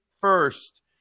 first